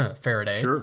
Faraday